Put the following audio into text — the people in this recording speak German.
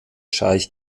scheich